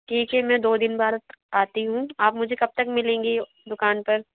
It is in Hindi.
ठीक है मैं दो दिन बाद आती हूँ आप मुझे कब तक मिलेंगी दुकान पर